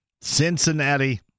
Cincinnati